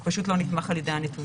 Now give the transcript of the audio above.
זה פשוט לא נתמך על ידי הנתונים.